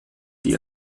die